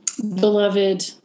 beloved